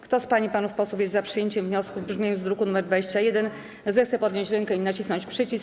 Kto z pań i panów posłów jest za przyjęciem wniosku w brzmieniu z druku nr 21, zechce podnieść rękę i nacisnąć przycisk.